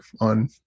on